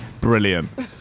Brilliant